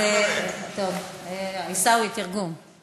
עיסאווי, תרגום.